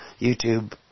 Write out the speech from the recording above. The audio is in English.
YouTube